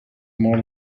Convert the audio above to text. more